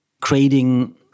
creating